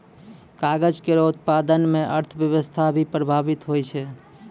कागज केरो उत्पादन म अर्थव्यवस्था भी प्रभावित होय छै